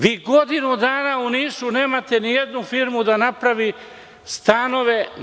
Vi godinu dana u Nišu nemate nijednu firmu da napravi stanove.